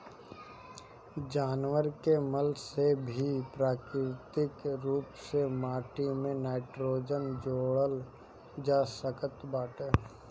जानवर के मल से भी प्राकृतिक रूप से माटी में नाइट्रोजन जोड़ल जा सकत बाटे